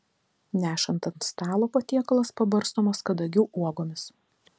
nešant ant stalo patiekalas pabarstomas kadagių uogomis